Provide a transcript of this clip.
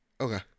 Okay